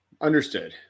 understood